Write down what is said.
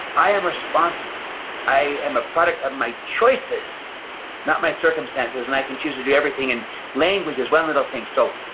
i am responsible. i am a product of my choices not my circumstances, and i can choose to do everything and language is one little thing so,